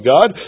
God